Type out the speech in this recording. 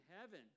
heaven